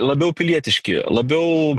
labiau pilietiški labiau